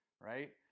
right